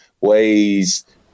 ways